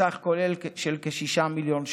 בסך כולל של כ-6 מיליון ש"ח.